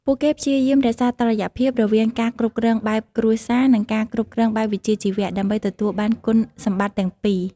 ពួកគេព្យាយាមរក្សាតុល្យភាពរវាងការគ្រប់គ្រងបែបគ្រួសារ និងការគ្រប់គ្រងបែបវិជ្ជាជីវៈ ដើម្បីទទួលបានគុណសម្បត្តិទាំងពីរ។